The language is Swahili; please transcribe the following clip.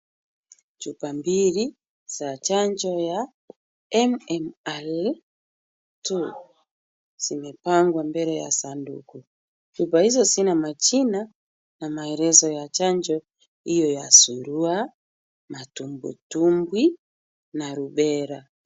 Chupa mbili, za chanjo ya, M.M.R,(cs)two(cs), zimepangwa mbele ya sanduku, chupa hizo zina majina, na maelezo ya chanjo, hiyo ya surua, matumbwi tumbwi, na rubela.